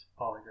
polygraph